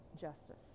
justice